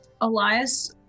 Elias